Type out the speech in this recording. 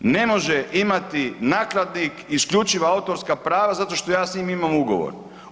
Ne može imati nakladnik isključivo autorska prava zato što sa s njim imam ugovor.